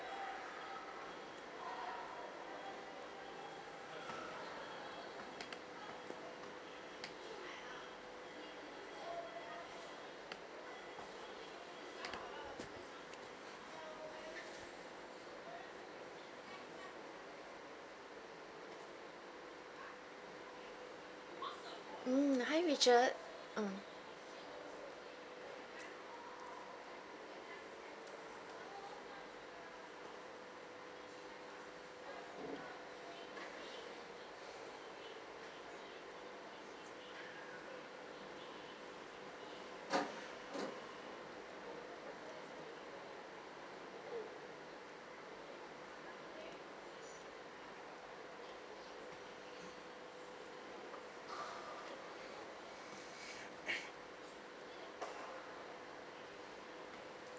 mm hi richard uh